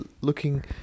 looking